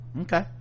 Okay